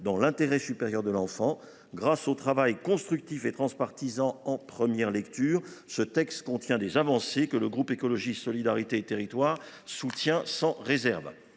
dans l’intérêt supérieur de l’enfant. Grâce au travail constructif et transpartisan mené en première lecture, le présent texte contient des avancées que les élus du groupe Écologiste – Solidarité et Territoires soutiennent sans réserve.